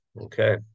Okay